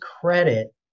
credit